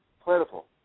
plentiful